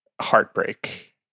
Heartbreak